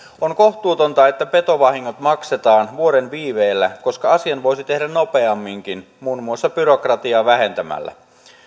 on kohtuutonta että petovahingot maksetaan vuoden viiveellä koska asian voisi tehdä nopeamminkin muun muassa byrokratiaa vähentämällä